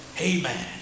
Amen